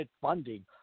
funding